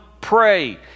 pray